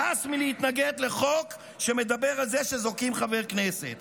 והס מלהתנגד לחוק שמדבר על זה שזורקים חבר כנסת.